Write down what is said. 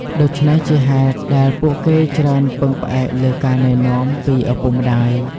ដូច្នេះ ជាហេតុដែលពួកគេច្រើនពឹងផ្អែកលើការណែនាំពីឪពុកម្ដាយ។